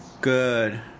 Good